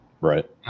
right